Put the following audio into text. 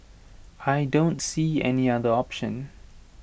I don't see any other option